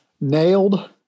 nailed